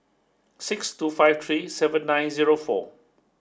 six two five three seven nine zero four